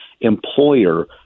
employer